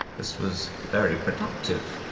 this was very productive.